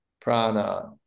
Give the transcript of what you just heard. prana